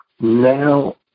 Now